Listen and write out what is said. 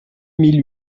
mille